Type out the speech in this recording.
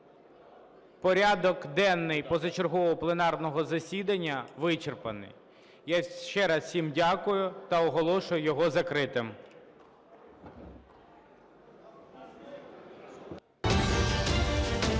порядок денний позачергового пленарного засідання вичерпаний. Я ще раз всім дякую та оголошую його закритим.